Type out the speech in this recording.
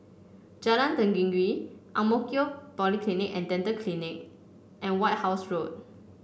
Jalan Tenggiri Ang Mo Kio Polyclinic And Dental Clinic and White House Road